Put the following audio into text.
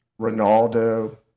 Ronaldo